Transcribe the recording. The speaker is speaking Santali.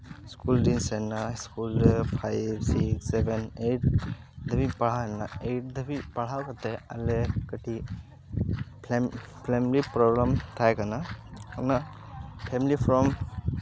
ᱥᱠᱩᱞ ᱨᱤᱧ ᱥᱮᱱ ᱱᱟ ᱥᱠᱩᱞ ᱨᱮ ᱯᱷᱟᱭᱤᱵᱷ ᱥᱤᱠᱥ ᱥᱮᱵᱷᱮᱱ ᱮᱭᱤᱴ ᱫᱷᱟᱹᱵᱤᱡ ᱤᱧ ᱯᱟᱲᱦᱟᱣ ᱞᱮᱱᱟ ᱮᱭᱤᱴ ᱫᱷᱟ ᱵᱤᱡ ᱯᱟᱲᱦᱟᱣ ᱠᱟᱛᱮᱫ ᱟᱞᱮ ᱠᱟᱹᱴᱤᱡ ᱯᱷᱮᱞᱮᱢ ᱯᱷᱮᱢᱤᱞᱤ ᱯᱨᱚᱵᱽᱞᱢ ᱛᱟᱦᱮᱸ ᱠᱟᱱᱟ ᱩᱱᱟᱹᱜ ᱯᱷᱮᱢᱤᱞᱤ ᱯᱨᱚᱵ